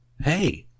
hey